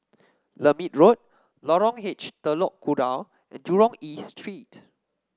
Lermit Road Lorong H Telok Kurau and Jurong East Street